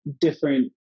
different